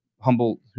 humble